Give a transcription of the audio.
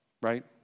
right